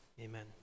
amen